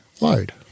load